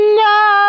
no